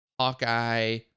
Hawkeye